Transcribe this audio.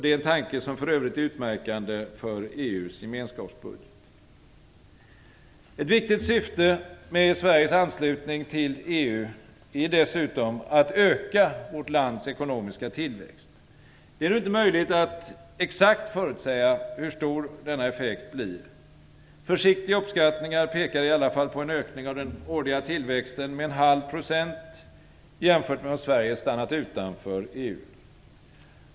Denna tanke är för övrigt utmärkande för EU:s gemenskapsbudget. Ett viktigt syfte med Sveriges anslutning till EU är dessutom att öka vårt lands ekonomiska tillväxt. Det är inte möjligt att exakt förutsäga hur stor denna effekt blir. Försiktiga uppskattningar pekar i alla fall på en ökning av den årliga tillväxten med en halv procent jämfört med om Sverige stannat utanför EU.